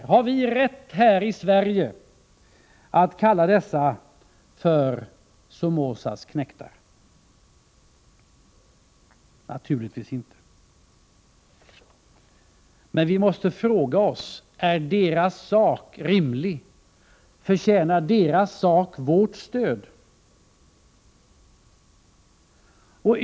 Har vi här i Sverige rätt att kalla dessa för Somozas knektar? Naturligtvis inte. Men vi måste fråga oss: Är deras sak rimlig? Förtjänar deras sak vårt stöd?